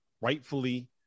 rightfully